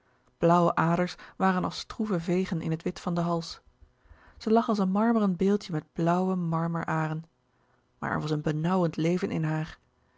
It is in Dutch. blauwe aders waren als stroeve vegen in het wit van den hals ze lag als een marmeren beeldje met blauwemarmer aren maar er was een benauwend leven in haar